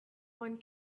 one